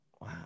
Wow